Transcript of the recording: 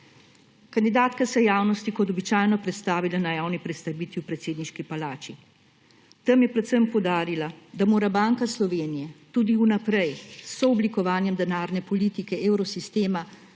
Kandidatka se je javnosti kot običajno predstavila na javni predstavitvi v predsedniški palači. Tam je predvsem poudarila, da mora Banka Slovenije tudi vnaprej s sooblikovanjem denarne politike evrosistema